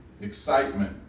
excitement